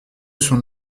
son